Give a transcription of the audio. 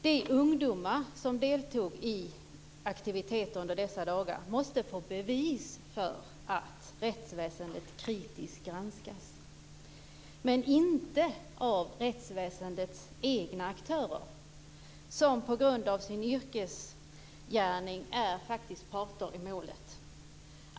De ungdomar som deltog i aktiviteterna under dessa dagar måste få bevis för att rättsväsendet kritiskt granskas, men inte av rättsväsendets egna aktörer som på grund av sin yrkesställning är parter i målet.